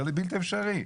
זה הרי בלתי אפשרי.